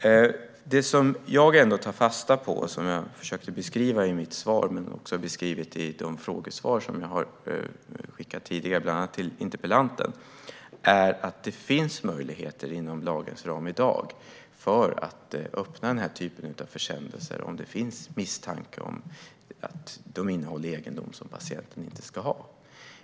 I mitt svar och de frågesvar jag har skickat tidigare, bland annat till interpellanten, tar jag fasta på och försöker beskriva att det i dag finns möjligheter inom lagens ram att öppna denna typ av försändelser om det finns misstanke om att de innehåller egendom som patienten inte ska ha.